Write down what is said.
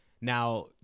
Now